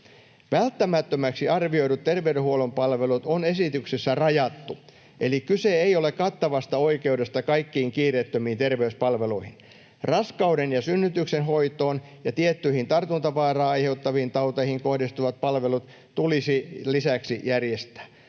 Välttämättömäksi arvioidut terveydenhuollon palvelut on esityksessä rajattu, eli kyse ei ole kattavasta oikeudesta kaikkiin kiireettömiin terveyspalveluihin. Raskauden ja synnytyksen hoitoon ja tiettyihin tartuntavaaraa aiheuttaviin tauteihin kohdistuvat palvelut tulisi lisäksi järjestää.